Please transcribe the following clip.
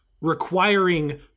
requiring